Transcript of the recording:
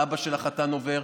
ואבא של החתן עובר,